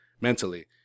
mentally